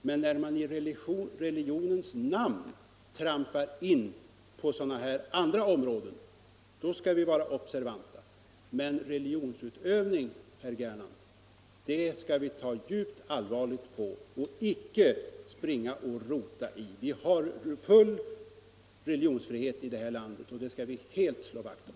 Men när man i religionens namn trampar in på dessa andra områden, så skall vi vara observanta. Religionsutövningen, herr Gernandt, skall vi ta djupt allvarligt på och inte rota i. Vi har som sagt full religionsfrihet här i landet, och den skall vi slå vakt om!